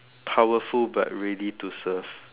powerful but ready to serve